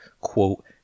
quote